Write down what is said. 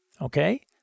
Okay